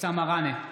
אבתיסאם מראענה,